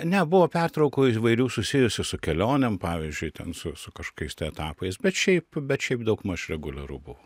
ne buvo pertraukų įvairių susijusių su kelionėm pavyzdžiui ten su su kažkokiais tai etapais bet šiaip bet šiaip daugmaž reguliaru buvo